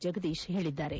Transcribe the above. ಜಗದೀಶ್ ಹೇಳಿದ್ದಾರೆ